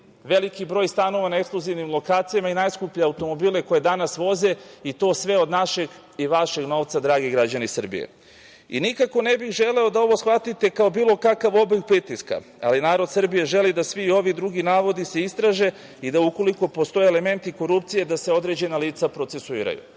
veliki broj stanova na ekskluzivnim lokacijama i najskuplje automobile koje danas voze i to sve od našeg i vašeg novca dragi građani Srbije. Nikako ne bih želeo da ovo shvatite kao bilo kakav oblik pritiska, ali narod Srbije želi da svi ovi drugi navodi se istraže i da ukoliko postoje elementi korupcije, da se određena lica procesuiraju. Naravno,